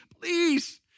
please